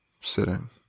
sitting